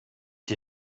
die